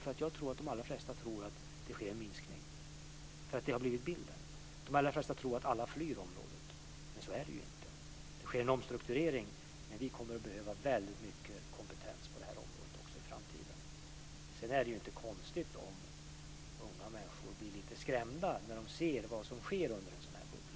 Jag tror nämligen att de allra flesta tror att det sker en minskning, för det har blivit bilden. De allra flesta tror att alla flyr området, men så är det ju inte. Det sker en omstrukturering, men vi kommer att behöva väldigt mycket kompetens på det här området också i framtiden. Sedan är det inte konstigt om unga människor blir lite skrämda när de ser vad som sker efter en sådan här bubbla.